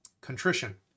Contrition